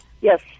Yes